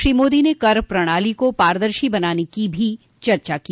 श्री मोदी ने कर प्रणाली को पारदर्शी बनाने की भी चर्चा की